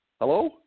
Hello